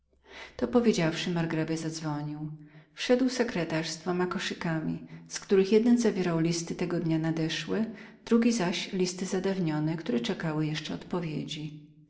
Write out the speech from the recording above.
to powiedziawszy margrabia zadzwonił wszedł jego sekretarz z dwoma koszykami z których jeden zawierał listy tego dnia nadeszłe drugi zaś listy zadawnione które czekały jeszcze odpowiedzi